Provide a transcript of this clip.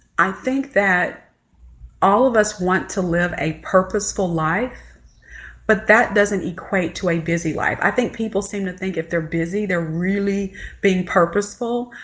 i think that all of us want to live a purposeful life but that doesn't equate to a busy life. i think people seem to think if they're busy they're really being purposeful.